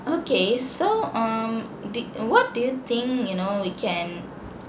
okay so um d~ what do you think you know we can